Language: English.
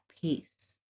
peace